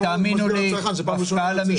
------ פעם ראשונה שתופסים סמים ונשקים.